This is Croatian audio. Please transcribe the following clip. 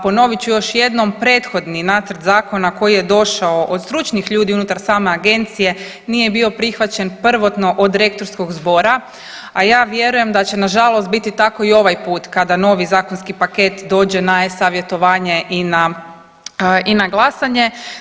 Ponovit ću još jednom prethodni nacrt zakona koji je došao od stručnih ljudi unutar same agencije nije bio prihvaćen prvotno od Rektorskog zbora, a ja vjerujem da će na žalost biti tako i ovaj put kada novi zakonski paket dođe na e-savjetovanje i na glasanje.